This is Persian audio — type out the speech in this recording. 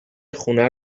خونه